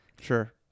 Sure